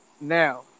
Now